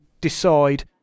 decide